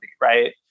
right